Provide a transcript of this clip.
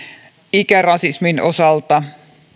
ikärasismin osalta